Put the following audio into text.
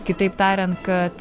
kitaip tariant kad